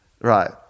Right